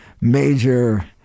major